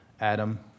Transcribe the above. Adam